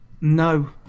no